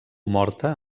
morta